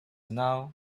now